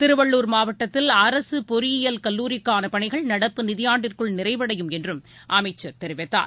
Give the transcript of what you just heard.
திருவள்ளூர் மாவட்டத்தில் அரசுபொறியியல் கல்லூரிக்கானபணிகள் நடப்பு நிதியாண்டிற்குள் நிறைவடையும் என்றும் அமைச்சர் தெரிவித்தார்